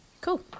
Cool